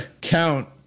count